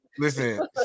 Listen